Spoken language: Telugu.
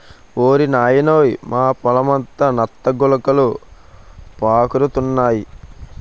ఓరి నాయనోయ్ మా పొలమంతా నత్త గులకలు పాకురుతున్నాయి